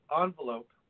envelope